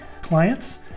clients